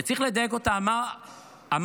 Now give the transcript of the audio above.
וצריך לדייק אותה, אמרנו,